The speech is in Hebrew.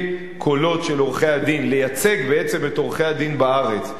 קולות של עורכי-הדין לייצג את עורכי-הדין בארץ,